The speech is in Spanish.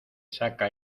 saca